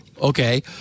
Okay